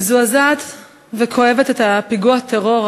אני מזועזעת וכואבת את פיגוע הטרור,